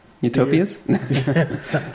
Utopias